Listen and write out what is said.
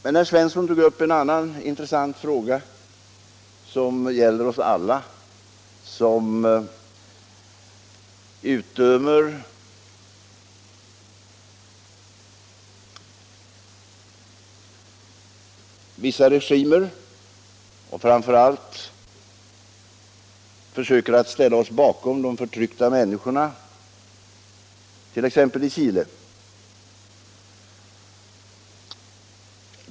Men herr Svensson tog också upp en annan intressant fråga för alla dem av oss som utdömer vissa regimer och framför allt försöker att ställa oss bakom de förtryckta människorna, t.ex. i Chile.